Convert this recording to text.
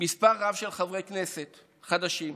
מספר רב של חברי כנסת חדשים.